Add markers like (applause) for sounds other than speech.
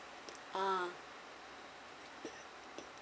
ah (noise)